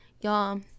Y'all